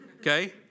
okay